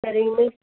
சரிங்க மிஸ்